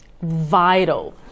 Vital